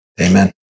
Amen